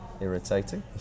irritating